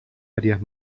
áreas